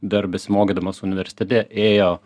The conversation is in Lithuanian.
dar besimokydamas universitete ėjo